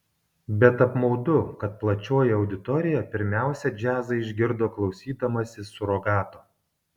bet apmaudu kad plačioji auditorija pirmiausia džiazą išgirdo klausydamasi surogato